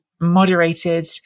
moderated